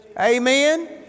Amen